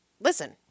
listen